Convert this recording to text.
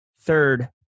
third